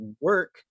work